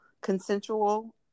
consensual